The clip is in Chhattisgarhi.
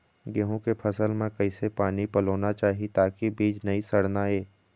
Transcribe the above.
गेहूं के फसल म किसे पानी पलोना चाही ताकि बीज नई सड़ना ये?